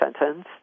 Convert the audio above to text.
sentence